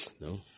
No